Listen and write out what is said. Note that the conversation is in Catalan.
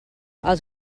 els